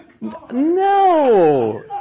No